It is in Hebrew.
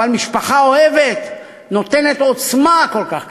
אבל משפחה אוהבת נותנת עוצמה כל כך קשה.